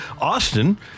Austin